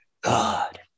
God